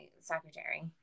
secretary